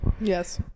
Yes